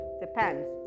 Depends